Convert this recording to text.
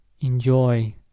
enjoy